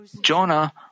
Jonah